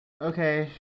Okay